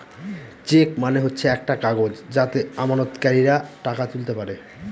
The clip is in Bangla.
চেক মানে হচ্ছে একটা কাগজ যাতে আমানতকারীরা টাকা তুলতে পারে